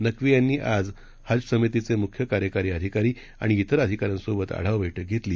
नक्वी यांनी आज हज समितीचे मुख्य कार्यकारी अकारी आणि त्रिर अधिकाऱ्यांसोबत आढावा बैठक घेतली